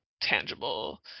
tangible